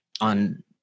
on